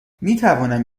میتوانم